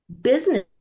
business